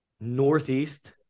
Northeast